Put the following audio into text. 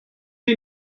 you